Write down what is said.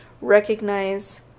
recognize